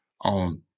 on